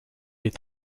est